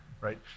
right